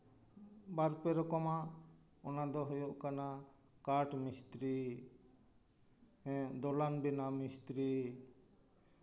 ᱵᱟᱨ ᱯᱮ ᱨᱚᱠᱚᱢᱟᱜ ᱚᱱᱟ ᱫᱚ ᱦᱩᱭᱩᱜ ᱠᱟᱱᱟ ᱠᱟᱴᱷ ᱢᱤᱥᱛᱨᱤ ᱫᱚᱞᱟᱱ ᱵᱮᱱᱟᱣ ᱢᱤᱥᱛᱨᱤ